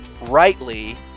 rightly